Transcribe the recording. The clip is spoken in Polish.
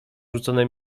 rzucone